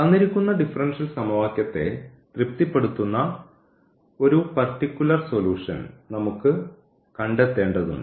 തന്നിരിക്കുന്ന ഡിഫറൻഷ്യൽ സമവാക്യത്തെ തൃപ്തിപ്പെടുത്തുന്ന ഒരു പർട്ടിക്കുലർ സൊലൂഷൻ നമുക്ക് കണ്ടെത്തേണ്ടതുണ്ട്